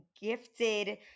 gifted